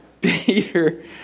Peter